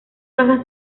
bajas